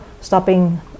stopping